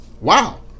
wow